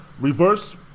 reverse